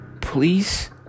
Please